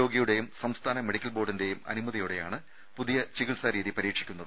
രോഗിയുടെയും സംസ്ഥാന മെഡിക്കൽ ബോർഡിന്റെയും അനുമതിയോടെയാണ് പുതിയ ചികിത്സാരീതി പരീക്ഷിക്കുന്നത്